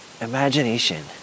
imagination